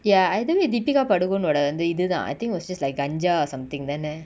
ya I think dheepikapadukon ஓட அந்த இதுதா:oda antha ithutha I think was she like ganjaa or something then ah